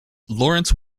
lawrence